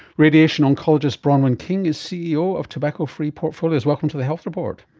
radiation oncologist bronwyn king is ceo of tobacco-free portfolios. welcome to the health report.